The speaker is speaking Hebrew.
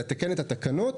לתקן את התקנות,